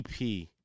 EP